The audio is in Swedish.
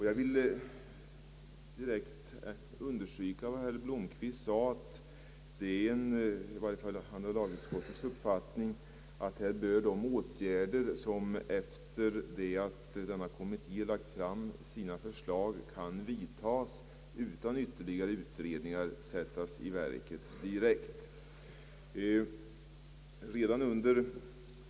Jag vill direkt understryka vad herr Blomquist anförde, att det i varje fall är andra lagutskottets uppfattning att de åtgärder, som efter det att denna kommitté framlagt sina förslag kan vidtas, utan ytterligare utredningar, bör sättas direkt i verket.